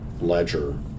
ledger